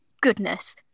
goodness